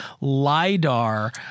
LIDAR